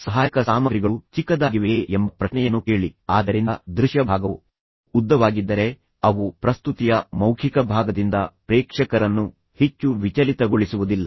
ಸಹಾಯಕ ಸಾಮಗ್ರಿಗಳು ಚಿಕ್ಕದಾಗಿವೆಯೇ ಎಂಬ ಪ್ರಶ್ನೆಯನ್ನು ಕೇಳಿ ಆದ್ದರಿಂದ ದೃಶ್ಯ ಭಾಗವು ಉದ್ದವಾಗಿದ್ದರೆ ಅವು ಪ್ರಸ್ತುತಿಯ ಮೌಖಿಕ ಭಾಗದಿಂದ ಪ್ರೇಕ್ಷಕರನ್ನು ಹೆಚ್ಚು ವಿಚಲಿತಗೊಳಿಸುವುದಿಲ್ಲ